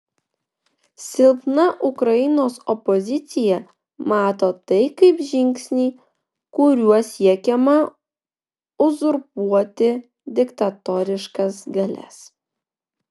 silpna ukrainos opozicija mato tai kaip žingsnį kuriuo siekiama uzurpuoti diktatoriškas galias